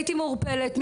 הייתי מעורפלת,